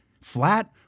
flat